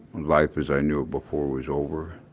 life as i knew before was over.